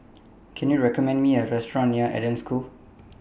Can YOU recommend Me A Restaurant near Eden School